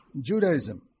Judaism